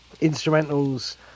instrumentals